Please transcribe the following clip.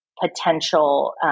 potential